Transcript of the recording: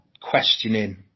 questioning